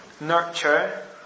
nurture